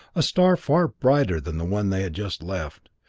a star far brighter than the one they had just left.